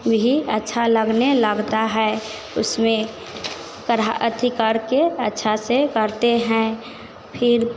वही अच्छा लगने लगता है उसमें कढ़ा अति करके अच्छा से करते हैं फिर